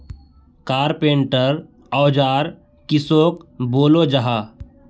Carpenter औजार किसोक बोलो जाहा?